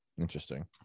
interesting